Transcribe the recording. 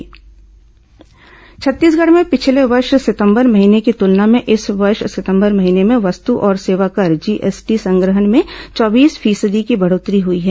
GST संग्रहण छत्तीसगढ़ में पिछले वर्ष सितंबर महीने की तुलना में इस वर्ष सितंबर महीने में वस्तु और सेवा कर जीएसटी संग्रहण में चौबीस फीसदी की बढ़ोत्तरी हुई है